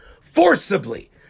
forcibly